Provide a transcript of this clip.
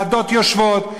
ועדות יושבות,